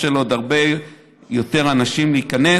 זה מאפשר לעוד הרבה יותר אנשים להיכנס.